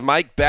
Mike